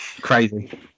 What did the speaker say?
Crazy